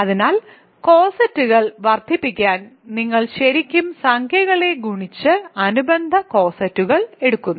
അതിനാൽ കോസെറ്റുകൾ വർദ്ധിപ്പിക്കാൻ നിങ്ങൾ ശരിക്കും സംഖ്യകളെ ഗുണിച്ച് അനുബന്ധ കോസെറ്റുകൾ എടുക്കുന്നു